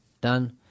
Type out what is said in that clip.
done